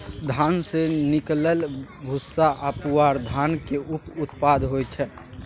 धान सँ निकलल भूस्सा आ पुआर धानक उप उत्पाद होइ छै